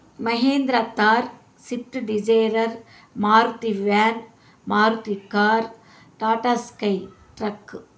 Mahindra Thar Swift Dzire Maruti van Maruti car Tata Sky truck